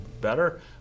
better